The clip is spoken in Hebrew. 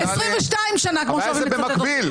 הבעיה שזה במקביל.